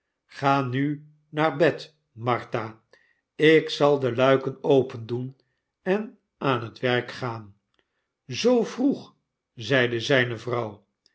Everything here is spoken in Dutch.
ga nu naar bed martha ik zal de luiken opendoen en aan het werk gaan zoo vroeg zeide zijne